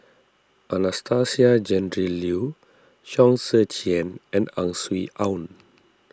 Anastasia Tjendri Liew Chong Tze Chien and Ang Swee Aun